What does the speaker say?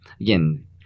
again